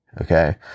okay